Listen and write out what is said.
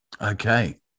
Okay